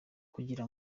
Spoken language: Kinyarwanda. kugira